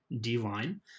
D-line